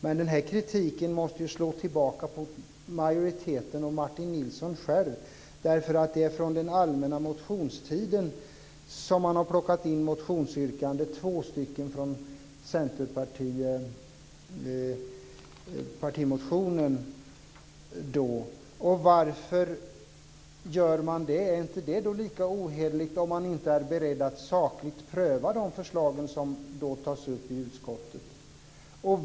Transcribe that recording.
Men den här kritiken måste ju slå tillbaka på majoriteten och Martin Nilsson själv. Det är ju från den allmänna motionstiden man har plockat in motionsyrkanden, två stycken från centerpartimotionen. Varför gör man det? Är inte det lika ohederligt om man inte är beredd att sakligt pröva de förslag som då tas upp i utskottet?